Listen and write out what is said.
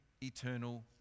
eternal